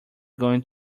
going